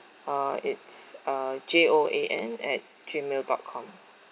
uh it's uh J O A N at gmail dot com